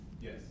Yes